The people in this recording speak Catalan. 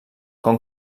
com